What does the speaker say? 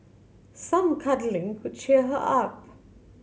some cuddling could cheer her up